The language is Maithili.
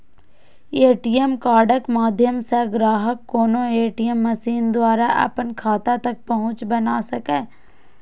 ए.टी.एम कार्डक माध्यम सं ग्राहक कोनो ए.टी.एम मशीन द्वारा अपन खाता तक पहुंच बना सकैए